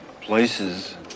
places